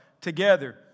together